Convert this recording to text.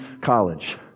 College